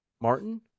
martin